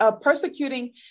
persecuting